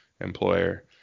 employer